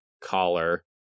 collar